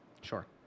Sure